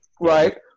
right